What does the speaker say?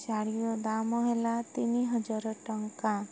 ଶାଢ଼ୀର ଦାମ ହେଲା ତିନି ହଜାର ଟଙ୍କା